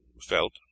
felt